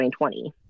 2020